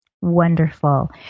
Wonderful